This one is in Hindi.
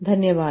धन्यवाद